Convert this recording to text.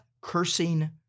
cursing